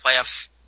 playoffs